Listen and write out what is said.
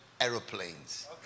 aeroplanes